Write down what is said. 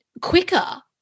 quicker